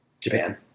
Japan